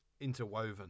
interwoven